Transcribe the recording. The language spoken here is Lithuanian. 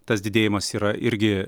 tas didėjimas yra irgi